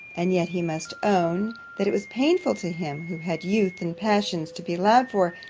and yet he must own, that it was painful to him, who had youth and passions to be allowed for,